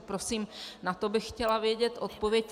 Prosím, na to bych chtěla vědět odpověď.